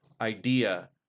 idea